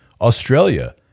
Australia